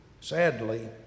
Sadly